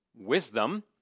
wisdom